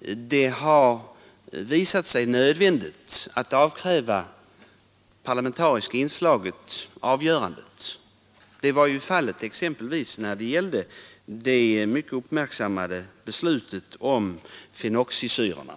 är nödvändigt att avkräva det parlamentariska inslaget ansvar för avgörandet. Det var fallet exempelvis när det gällde det mycket uppmärksammade beslutet om fenoxisyrorna.